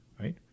right